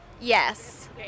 Yes